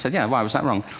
so yeah, why? was that wrong?